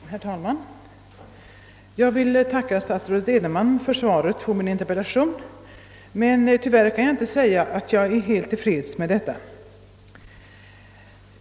Herr talman! Jag vill tacka statsrådet Edenman för svaret på min interpellation. Tyvärr kan jag inte säga att jag är helt tillfreds med detta svar.